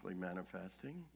manifesting